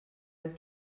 was